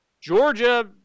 Georgia